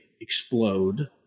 explode